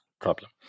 problem